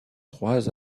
trois